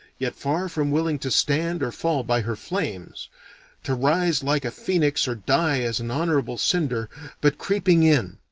yet far from willing to stand or fall by her flames to rise like a phoenix or die as an honorable cinder but creeping in,